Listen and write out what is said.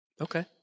Okay